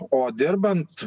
o dirbant